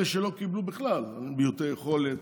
אלה שלא קיבלו בכלל: מעוטי יכולת,